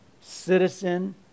citizen